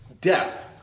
Death